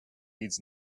needs